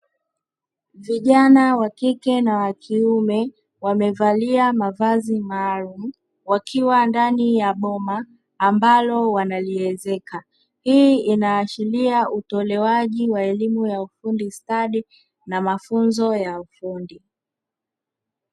Vijana wa kike na wa kiume wamevalia mavazi maalumu wakiwa ndani ya boma ambalo wanaliezeka, hii inaashiria utolewaji wa elimu ya ufundi stadi na mafunzo ya ufundi.